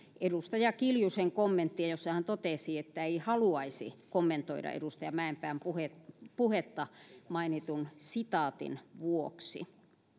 edustaja kiljusen kommenttia jossa hän totesi että ei haluaisi kommentoida edustaja mäenpään puhetta mainitun sitaatin vuoksi